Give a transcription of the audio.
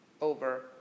over